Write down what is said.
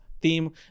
theme